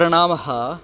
प्रणामः